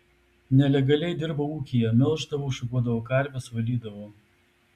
nelegaliai dirbau ūkyje melždavau šukuodavau karves valydavau